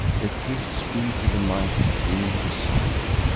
let gifts be to the mighty queen design'd,